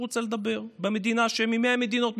הוא רוצה לדבר במדינה שבה יש מ-100 מדינות,